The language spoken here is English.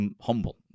humble